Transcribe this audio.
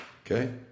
okay